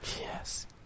Yes